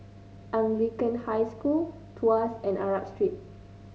Anglican High School Tuas and Arab Street